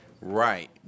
Right